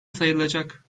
sayılacak